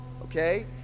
Okay